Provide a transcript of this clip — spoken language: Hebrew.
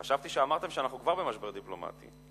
חשבתי שאמרתם שאנחנו כבר במשבר דיפלומטי.